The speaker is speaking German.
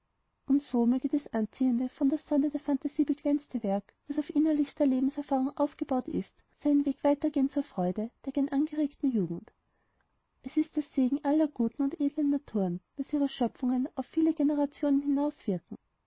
und so möge dies anziehende von der sonne der phantasie beglänzte werk das auf innerlichster lebenserfahrung aufgebaut ist seinen weg weiter gehen zur freude der gern angeregten jugend es ist der segen aller guten und edlen naturen daß ihre schöpfungen auf viele generationen